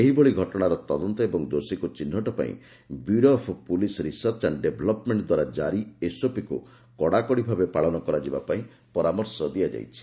ଏହିଭଳି ଘଟଣାର ତଦନ୍ତ ଏବଂ ଦୋଷୀକୁ ଚିହ୍ନଟ ପାଇଁ bureau of police research and development ଦ୍ୱାରା ଜାରି ଏସ୍ଓପିକୁ କଡ଼ାକଡ଼ି ଭାବେ ପାଳନ କରାଯିବା ପାଇଁ ପରାମର୍ଶ ଦିଆଯାଇଛି